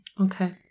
Okay